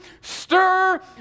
stir